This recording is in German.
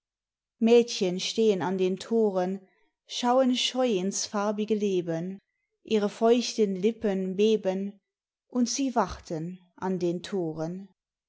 mädchen stehen an den toren schauen scheu ins farbige leben ihre feuchten lippen beben und sie warten an den toren